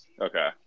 Okay